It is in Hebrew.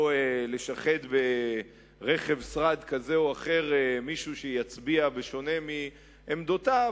לשחד ברכב שרד כזה או אחר מישהו שיצביע בשונה מעמדותיו,